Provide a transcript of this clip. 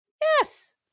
Yes